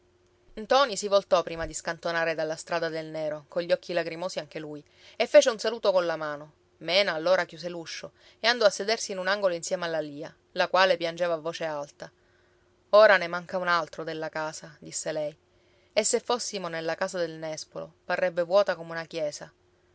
ntoni si voltò prima di scantonare dalla strada del nero cogli occhi lagrimosi anche lui e fece un saluto colla mano mena allora chiuse l'uscio e andò a sedersi in un angolo insieme alla lia la quale piangeva a voce alta ora ne manca un altro della casa disse lei e se fossimo nella casa del nespolo parrebbe vuota come una chiesa